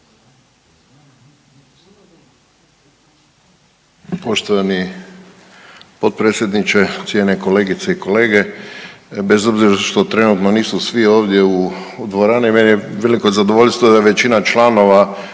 Poštovani potpredsjedniče, cijenjene kolegice i kolege, bez obzira što trenutno nisu svi ovdje u dvorani meni je veliko zadovoljstvo da većina članova